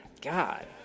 God